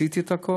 עושה את הכול,